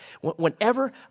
Whenever